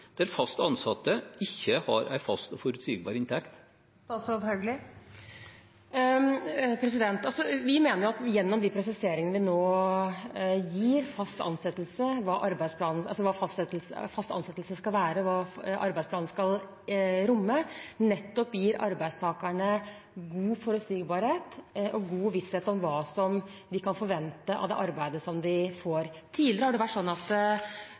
der fast ansatte ikke har en fast og forutsigbar inntekt? Vi mener at vi gjennom de presiseringene vi nå kommer med når det gjelder hva fast ansettelse skal være, og hva arbeidsplanen skal romme, gir arbeidstakerne nettopp god forutsigbarhet og god visshet om hva de kan forvente av det arbeidet som de får. Tidligere har